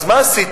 אז מה עשיתם?